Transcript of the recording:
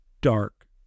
dark